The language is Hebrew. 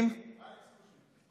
אלכס קושניר.